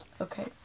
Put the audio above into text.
Okay